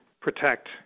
protect